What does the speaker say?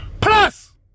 Plus